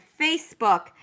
Facebook